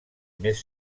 més